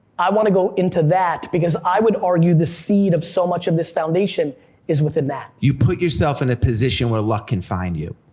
i want to go into that, because i would argue the seed of so much of this foundation is within that. you put yourself in a position where luck can find you.